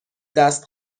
دست